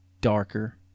darker